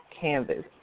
canvas